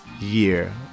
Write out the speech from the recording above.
year